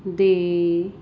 ਦੇ